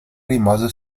rimase